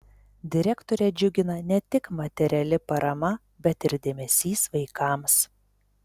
direktorę džiugina ne tik materiali parama bet ir dėmesys vaikams